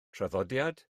traddodiad